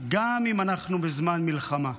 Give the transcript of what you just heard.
גם אם אנחנו בזמן מלחמה.